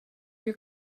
your